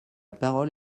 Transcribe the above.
parole